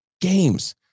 games